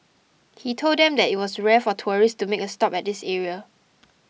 he told them that it was rare for tourists to make a stop at this area